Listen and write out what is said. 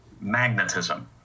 magnetism